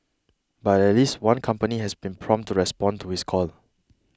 but at least one company has been prompt to respond to his call